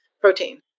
protein